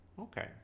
Okay